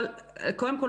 קודם כול,